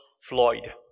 Floyd